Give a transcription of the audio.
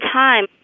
time